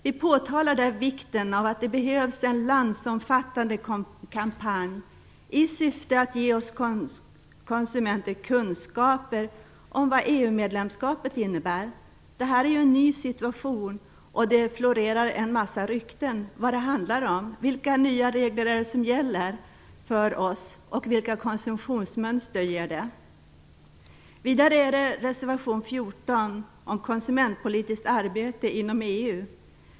Vi påtalar där vikten av en landsomfattande kampanj i syfte att ge oss konsumenter kunskaper om vad EU medlemskapet innebär. Det är en ny situation, och det florerar en massa rykten om vad det handlar om. Vilka nya regler är det som gäller för oss, och vilka konsumtionsmönster ger de? Vidare gäller det reservation 14 om konsumentpolitiskt arbete inom EU.